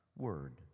Word